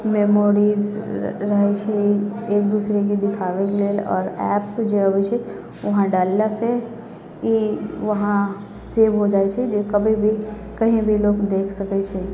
memories रहै छै एक दूसरेके देखाबैके लेल आओर एप जे अबै छै वहाँ डाललासँ ई वहाँ सेव हो जाइ छै जे कभी भी कहीं भी लोक देख सकै छै